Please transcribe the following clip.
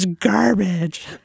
garbage